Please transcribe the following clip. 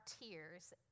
tears